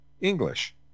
English